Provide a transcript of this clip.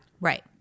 Right